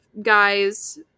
guys